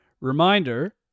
reminder